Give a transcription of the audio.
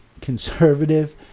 conservative